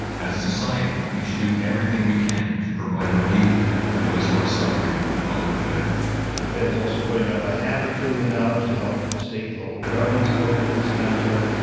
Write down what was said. as a society, we should do everything we can to provide relief to those who are suffering for the public good the fed is also putting up a half-a-trillion dollars to help state and local governments cope with this downturn,